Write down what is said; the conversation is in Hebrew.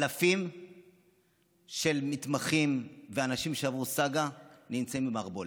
ואלפי מתמחים ואנשים שעברו סאגה נמצאים במערבולת.